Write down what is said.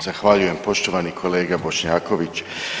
Zahvaljujem poštovani kolega Bošnjaković.